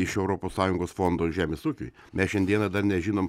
iš europos sąjungos fondo žemės ūkiui mes šiandieną dar nežinom